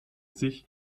sich